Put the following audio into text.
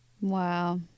Wow